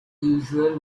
usual